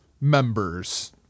members